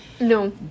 No